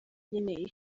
nyene